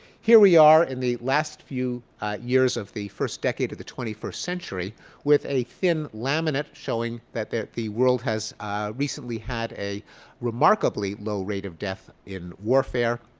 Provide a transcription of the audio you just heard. here we are in the last few years of the first decade of the twenty first century with a thin laminate showing that the the world has recently had a remarkably low rate of death in warfare.